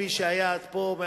כפי שהיה עד כה.